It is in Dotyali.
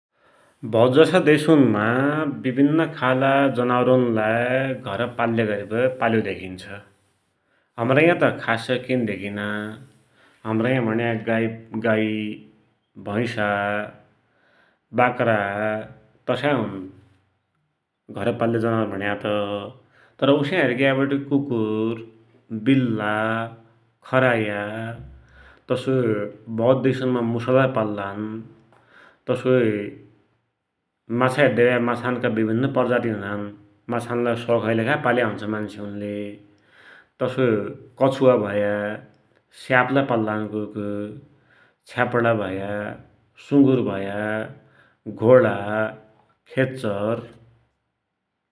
भौतजसा देशुनमा विभिन्न खालका जनावरलाई घर पाल्या गरिवटि पाल्या धेकिन्छ । हमरा यात खास्सै केन धेकिना, हमरा या भुण्या गाई, भैसा, बाकरा, तसाइ हुन घर पाल्या जनावर भुण्या त, तर उस्या हेरिग्याबटि कुकुर, विल्ला, खराया, तसोइ भोत देशमा मुसा लै पाल्लान, तसोइ माछा हेद्याभ्या माछानका विभिन्न प्रजाति हुनान् । माछानलाई सौखकी लेखा पाल्या हुन्छ मान्सुनले, तसोइ कछुवा भया, स्याप लै पाल्लान कोइ कोइ, छ्यापडा भया, सुगुर भया, घोडा, खेच्चर ।